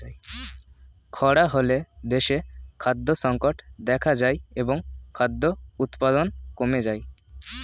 খরা হলে দেশে খাদ্য সংকট দেখা যায় এবং খাদ্য উৎপাদন কমে যায়